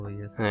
yes